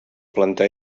plantar